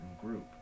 group